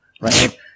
right